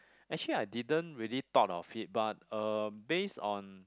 actually I didn't really thought of it but uh based on